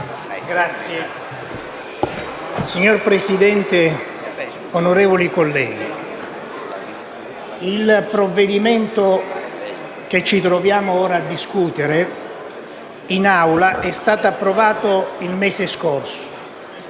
XVII)*. Signor Presidente, onorevoli colleghi, il provvedimento che ci troviamo ora a discutere in Aula è stato approvato il mese scorso